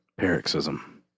Paroxysm